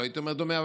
לא הייתי אומר דומה,